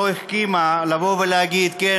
לא החכימה לבוא ולהגיד: כן,